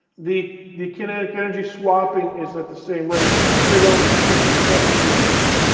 the the kinetic energy swapping is at the same rate, so they don't increase in temperature anymore.